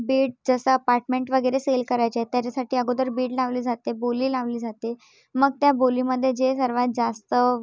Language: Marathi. बीड जसं अपार्टमेंट वगैरे सेल करायचे आहेत त्याच्यासाठी अगोदर बीड लावली जाते बोली लावली जाते मग त्या बोलीमध्ये जे सर्वात जास्त